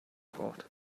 braucht